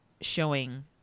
showing